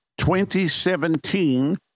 2017